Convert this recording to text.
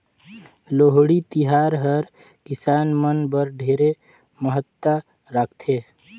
लोहड़ी तिहार हर किसान मन बर ढेरे महत्ता राखथे